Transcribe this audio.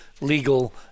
legal